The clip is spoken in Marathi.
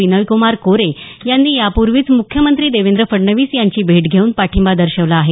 विनयक्रमार कोरे यांनी यापूर्वीच मुख्यमंत्री देवेंद्र फडणवीस यांची भेट घेऊन पाठिंबा दर्शवला आहे